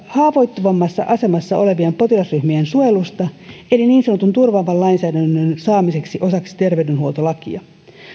haavoittuvammassa asemassa olevien potilasryhmien suojelusta eli niin sanotun turvaavan lainsäädännön saamisesta osaksi terveydenhuoltolakia